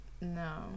no